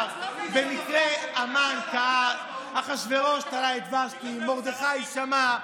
במקרה המן כעס, אחשוורוש תלה את ושתי, מרדכי שמע,